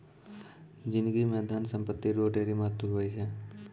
जिनगी म धन संपत्ति रो ढेरी महत्व हुवै छै